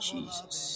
Jesus